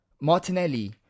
Martinelli